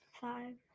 Five